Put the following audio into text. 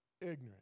ignorant